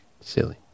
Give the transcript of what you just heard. Silly